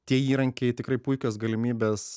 tie įrankiai tikrai puikios galimybės